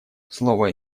слово